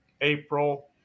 April